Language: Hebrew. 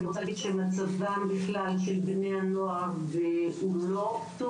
אני רוצה להגיד שמצבם בכלל של בני הנוער הוא לא טוב.